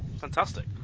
fantastic